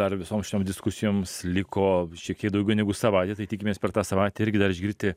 dar visoms šitoms diskusijoms liko šiek tiek daugiau negu savaitę tai tikimės per tą savaitę irgi dar išgirsti